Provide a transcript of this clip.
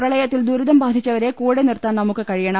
പ്രളയത്തിൽ ദുരിതം ബാധിച്ചവരെ കൂടെ നിർത്താൻ നമുക്ക് കഴിയണം